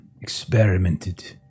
experimented